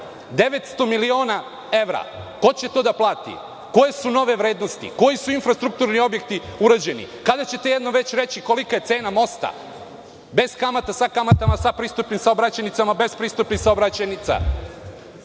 miliona evra. Ko će to da plati? Koje su nove vrednosti, koji su infrastrukturni objekti urađeni? Kada ćete jednom već reći kolika je cena mosta, bez kamata, sa kamatama, sa pristupnim saobraćajnicama, bez pristupnih saobraćajnica?